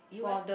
you eh